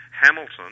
Hamilton